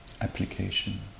application